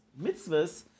mitzvahs